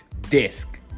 disc